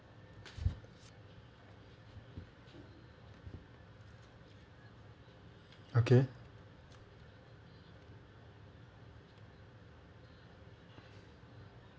okay